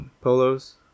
Polos